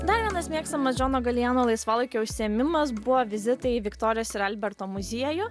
dar vienas mėgstamas džono galijano laisvalaikio užsiėmimas buvo vizitai į viktorijos ir alberto muziejų